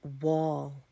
wall